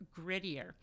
grittier